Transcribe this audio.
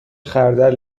خردل